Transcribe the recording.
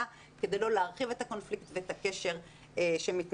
כדי לא להרחיב את הקונפליקט ואת הקשר שמתנתק.